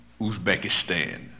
Uzbekistan